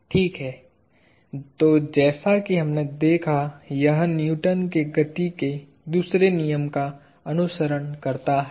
ठीक है तो जैसा कि हमने देखा यह न्यूटन के गति के दूसरे नियम का अनुसरण करता है